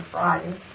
Friday